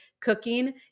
cooking